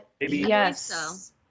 yes